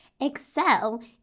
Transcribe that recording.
excel